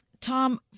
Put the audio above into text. Tom